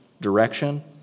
direction